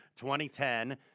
2010